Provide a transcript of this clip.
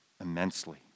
immensely